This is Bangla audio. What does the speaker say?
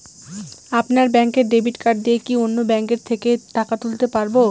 আপনার ব্যাংকের ডেবিট কার্ড দিয়ে কি অন্য ব্যাংকের থেকে টাকা তুলতে পারবো?